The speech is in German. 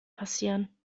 passieren